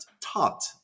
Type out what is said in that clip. taught